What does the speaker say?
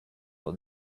with